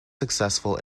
successful